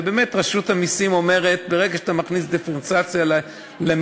ובאמת רשות המסים אומרת: ברגע שאתה מכניס דיפרנציאציה למע"מ,